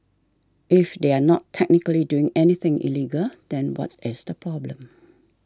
if they are not technically doing anything illegal then what is the problem